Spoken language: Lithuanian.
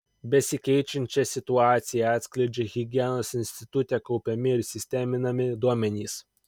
besikeičiančią situaciją atskleidžia higienos institute kaupiami ir sisteminami duomenys